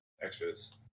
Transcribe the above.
extras